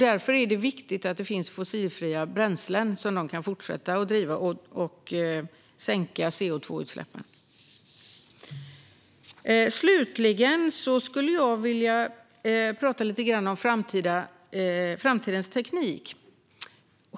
Därför är det viktigt att det finns fossilfria bränslen så att vi kan fortsätta sänka koldioxidutsläppen. Slutligen ska jag tala lite om framtidens teknik.